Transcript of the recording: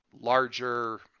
larger